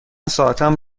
ساعتم